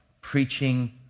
preaching